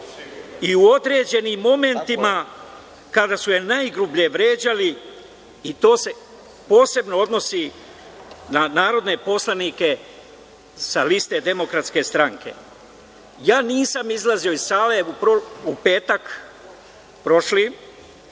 i u određenim momentima kada su je najgrublje vređali, i to se posebno odnosi na narodne poslanike sa liste DS.Nisam izlazio iz sale u petak prošli